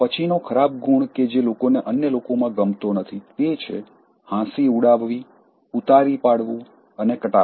પછીનો ખરાબ ગુણ કે જે લોકોને અન્ય લોકોમાં ગમતો નથી તે છે હાંસી ઉડાવવી ઉતારી પાડવું અને કટાક્ષ